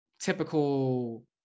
typical